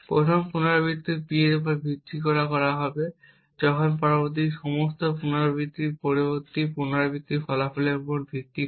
প্রথম পুনরাবৃত্তি P এর উপর ভিত্তি করে হবে যখন পরবর্তী সমস্ত পুনরাবৃত্তি পূর্ববর্তী পুনরাবৃত্তির ফলাফলের উপর ভিত্তি করে